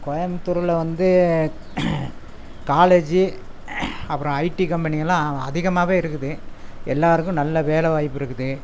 கோயம்த்தூரில் வந்து காலேஜி அப்புறோம் ஐடி கம்பெனிங்க எல்லாம் வ அதிகமாகவே இருக்குது எல்லாருக்கும் நல்ல வேலை வாய்ப்பு இருக்குது